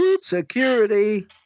security